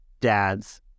dad's